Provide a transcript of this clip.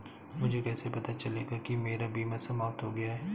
मुझे कैसे पता चलेगा कि मेरा बीमा समाप्त हो गया है?